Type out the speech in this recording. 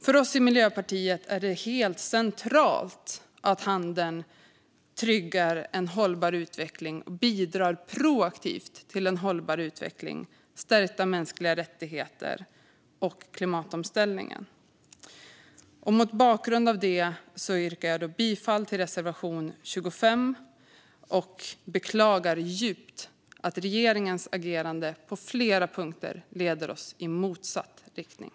För oss i Miljöpartiet är det helt centralt att handeln tryggar en hållbar utveckling och bidrar proaktivt till en sådan, till stärkta mänskliga rättigheter och till klimatomställningen. Mot bakgrund av detta yrkar jag bifall till reservation 25 och beklagar djupt att regeringens agerande på flera punkter leder oss i motsatt riktning.